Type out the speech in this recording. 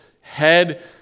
head